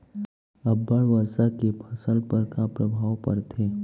अब्बड़ वर्षा के फसल पर का प्रभाव परथे?